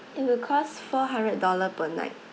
it will cost four hundred dollar per night